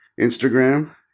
Instagram